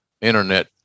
internet